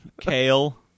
kale